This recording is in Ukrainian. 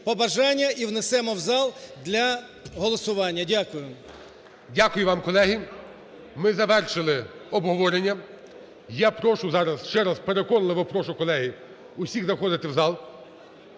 побажання і внесемо в зал для голосування. Дякую. ГОЛОВУЮЧИЙ. Дякую вам, колеги. Ми завершили обговорення. Я прошу зараз, ще раз переконливо прошу, колеги, усіх заходити в зал.